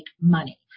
money